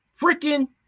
Freaking